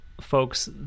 folks